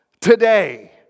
today